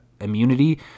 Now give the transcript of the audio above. immunity